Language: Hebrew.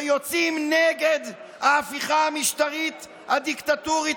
שיוצאים נגד ההפיכה המשטרית הדיקטטורית